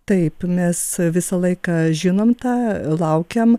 taip mes visą laiką žinom tą laukiam